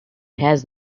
has